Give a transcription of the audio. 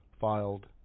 filed